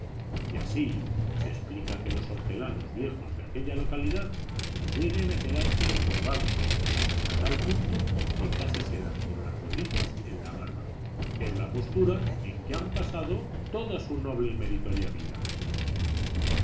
y así se explica que los hortelanos viejos de aquella localidad lleguen a quedarse encorvados hasta tal punto que casi se dan con las rodillas en la barba es la postura en que han pasado toda su noble y meritoria vida